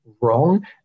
wrong